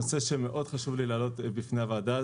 נושא שמאוד חשוב לי להעלות בפני הוועדה,